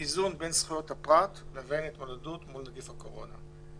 איזון בין זכויות הפרט לבין התמודדות בנגיף הקורונה.